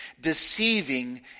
deceiving